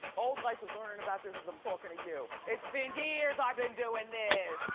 old life is learnin' about this as i'm talkin' to you. it's been years i've been doin'.